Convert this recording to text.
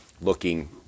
looking